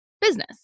business